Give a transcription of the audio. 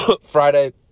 Friday